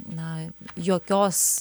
na jokios